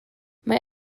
mae